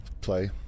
play